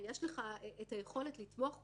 ויש לך את היכולת לתמוך בה,